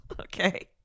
okay